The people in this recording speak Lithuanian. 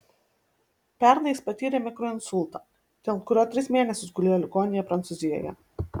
pernai jis patyrė mikroinsultą dėl kurio tris mėnesius gulėjo ligoninėje prancūzijoje